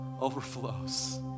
overflows